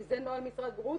כי זה נוהל משרד הבריאות,